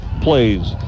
plays